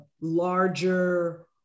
larger